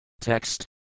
Text